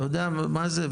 אתה יודע מה זה?